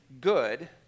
good